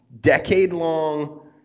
decade-long